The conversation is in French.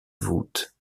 voûte